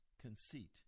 Conceit